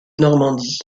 normandie